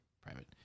private